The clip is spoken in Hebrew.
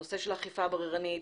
הנושא של אכיפה בררנית,